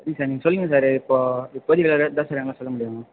சரிங்க சார் நீங்கள் சொல்லுங்க சார் இப்போது இப்போதைக்கி இதுதான் சார் எங்களால் சொல்ல முடியும்